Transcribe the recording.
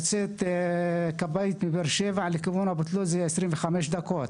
של שריפה יוצאת כבאית מבאר שבע ולוקח לה 25 דקות.